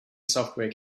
software